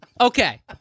okay